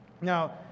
Now